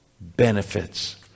benefits